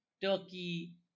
Turkey